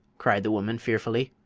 cried the woman, fearfully.